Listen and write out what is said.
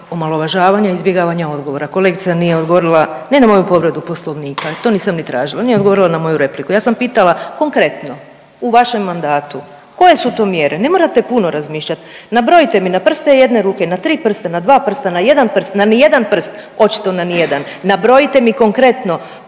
omalovažavanja, izbjegavanja odgovora. Kolegica nije odgovorila ni na moju povredu Poslovnika, jer to nisam ni tražila. Nije odgovorila na moju repliku. Ja sam pitala konkretno u vašem mandatu koje su to mjere? Ne morate puno razmišljati nabrojite mi na prste jedne ruke, na tri prsta, na dva prsta, na jedan prst, na ni jedan prst. Očito na ni jedan. Nabrojite mi konkretno